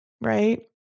right